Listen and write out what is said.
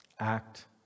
Act